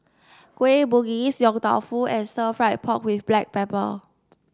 Kueh Bugis Yong Tau Foo and Stir Fried Pork with Black Pepper